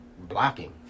blocking